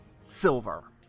Silver